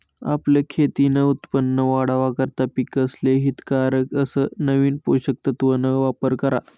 आपलं खेतीन उत्पन वाढावा करता पिकेसले हितकारक अस नवीन पोषक तत्वन वापर करा